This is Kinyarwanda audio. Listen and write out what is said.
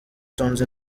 tonzi